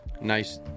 nice